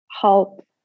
help